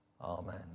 Amen